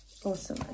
Awesome